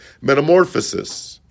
metamorphosis